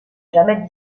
jamais